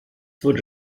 wurde